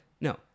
no